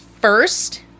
first